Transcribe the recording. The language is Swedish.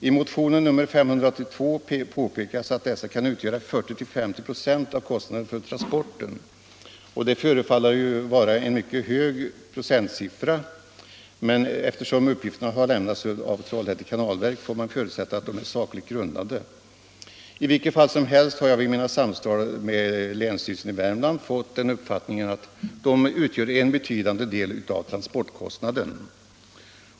I motionen 582 påpekas att dessa kan utgöra 40-50 96 av kostnaden för transporten. Det förefaller att vara en mycket hög procentsiffra, men eftersom uppgifterna har lämnats av Trollhätte -« Kanalverk får man förutsätta att de är sakligt grundade. I vilket fall som helst har jag vid mina samtal med länsstyrelsen i Värmland fått uppfattningen att de utgör en betydande del av transportkostnaden.